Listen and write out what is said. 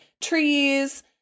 trees